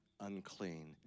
unclean